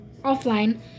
offline